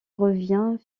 revient